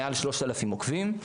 מעל 3,000 עוקבים,